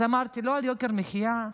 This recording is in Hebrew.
אז אמרתי: לא על יוקר המחיה,